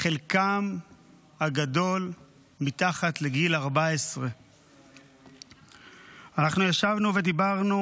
חלקם הגדול מתחת לגיל 14. אנחנו ישבנו ודיברנו על